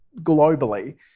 globally